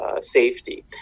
safety